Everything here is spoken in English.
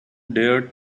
dared